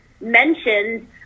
mentioned